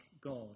God